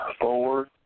four